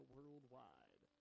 Worldwide